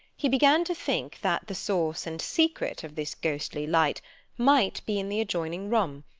he began to think that the source and secret of this ghostly light might be in the adjoining room,